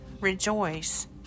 rejoice